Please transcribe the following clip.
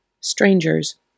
strangers